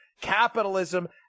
capitalism